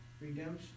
Redemption